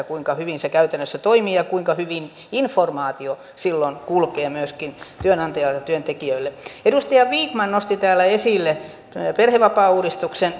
kuinka hyvin se käytännössä toimii ja kuinka hyvin informaatio silloin kulkee myöskin työnantajalta työntekijöille edustaja vikman nosti täällä esille perhevapaauudistuksen